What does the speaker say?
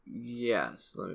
yes